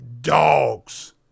Dogs